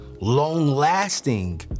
long-lasting